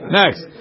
next